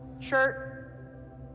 shirt